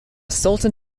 sultan